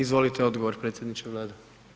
Izvolite odgovor, predsjedniče Vlade.